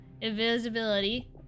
invisibility